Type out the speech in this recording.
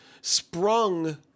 sprung